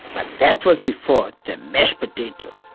but that was before the mesh potato.